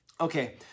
Okay